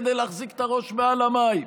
כדי להחזיק את הראש מעל המים,